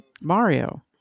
Mario